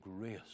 grace